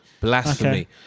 Blasphemy